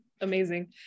Amazing